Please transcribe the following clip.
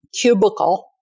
cubicle